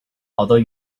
although